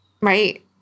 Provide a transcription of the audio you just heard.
right